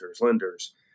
lenders